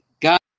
God